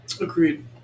Agreed